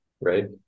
right